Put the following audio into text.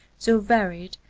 so varied,